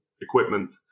equipment